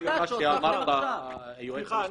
סליחה.